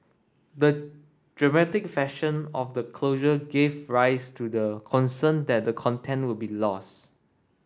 the dramatic fashion of the closure gave rise to the concern that the content would be lost